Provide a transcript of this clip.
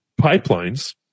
pipelines